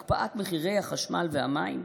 הקפאת מחירי החשמל והמים,